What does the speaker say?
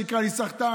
שיקרא לי סחטן,